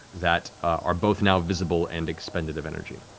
that are both now visible and expended of energy.